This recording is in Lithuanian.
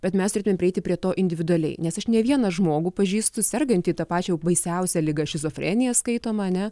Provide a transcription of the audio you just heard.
bet mes ir turimėm prieiti prie to individualiai nes aš ne vieną žmogų pažįstu sergantį ta pačia jau baisiausia liga šizofrenija skaitoma ane